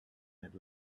had